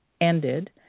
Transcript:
ended